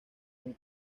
con